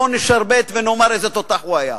בואו נשרבט ונאמר איזה תותח הוא היה,